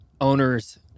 owners